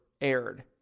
aired